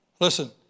listen